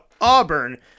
Auburn